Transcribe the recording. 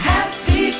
Happy